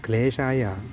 क्लेशाय